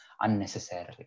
unnecessarily